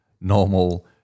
normal